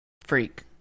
freak